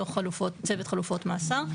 דוח צוות חלופות מאסר.